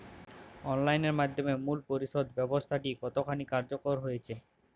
Online এর মাধ্যমে মূল্য পরিশোধ ব্যাবস্থাটি কতখানি কার্যকর হয়েচে?